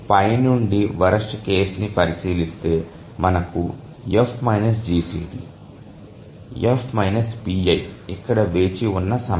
పై నుండి వరస్ట్ కేసుని పరిశీలిస్తే మనకు F GCD F pi ఇక్కడ వేచి ఉన్న సమయం